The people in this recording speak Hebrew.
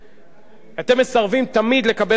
אתם מסרבים תמיד לקבל את תוצאות הבחירות,